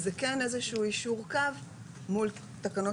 וזה כן איזה שהוא יישור קו מול תקנות